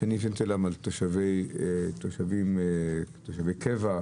ששאלתי על תושבים קבע,